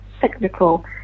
technical